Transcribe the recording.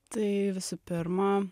tai visų pirma